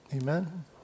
Amen